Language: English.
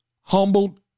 humbled